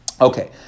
Okay